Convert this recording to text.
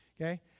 Okay